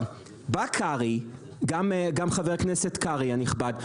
בא גם חבר הכנסת קרעי הנכבד,